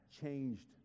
changed